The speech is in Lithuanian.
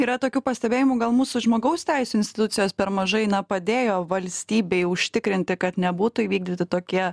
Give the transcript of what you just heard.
yra tokių pastebėjimų gal mūsų žmogaus teisių institucijos per mažai padėjo valstybei užtikrinti kad nebūtų įvykdyti tokie